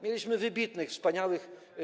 Mieliśmy wybitnych, wspaniałych.